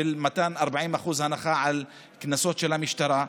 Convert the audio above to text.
של מתן 40% הנחה על קנסות של המשטרה.